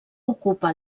ocupa